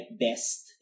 best